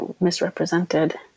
misrepresented